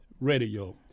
radio